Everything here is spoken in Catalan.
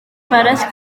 pares